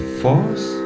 force